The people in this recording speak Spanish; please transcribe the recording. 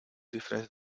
disfraz